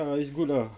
ya it's good lah